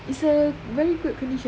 it's a very good condition